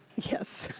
yes.